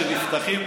כשנפתחים,